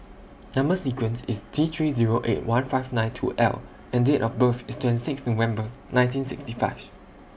Number sequence IS T three Zero eight one five nine two L and Date of birth IS twenty six November nineteen sixty five